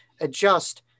adjust